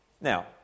Now